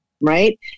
right